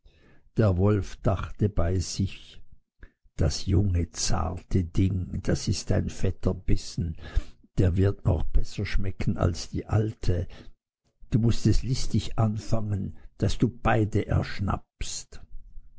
der wolf dachte bei sich das junge zarte ding das ist ein fetter bissen der wird noch besser schmecken als die alte du mußt es listig anfangen damit du beide erschnappst